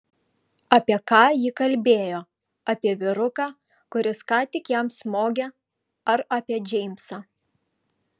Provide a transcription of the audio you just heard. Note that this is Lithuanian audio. apie ką ji kalbėjo apie vyruką kuris ką tik jam smogė ar apie džeimsą